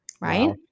right